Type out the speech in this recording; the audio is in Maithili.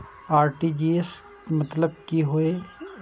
आर.टी.जी.एस के मतलब की होय ये?